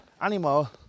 animal